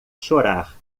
chorar